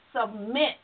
submit